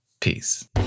peace